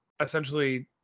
essentially